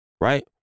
Right